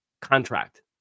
contract